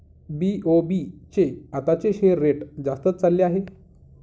BOB चे आताचे share rate जास्तच चालले आहे